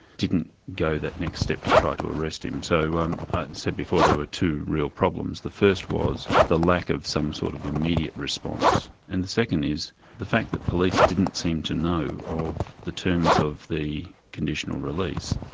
didn't go that next step to try to arrest him. so as i um ah said before, there were two real problems the first was the lack of some sort of immediate response, and the second is the fact that police didn't seem to know of the terms of the conditional release,